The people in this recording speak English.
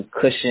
cushion